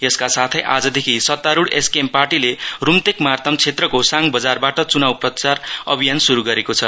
यसका साथै आजदेखि सत्तारूढ एसकेएम पार्टीले रूम्तेक मार्ताम क्षेत्रको साङ बजारबाट चुनाउ प्रचार अभियान शुरु गरेको छ